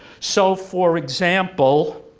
so for example,